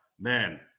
man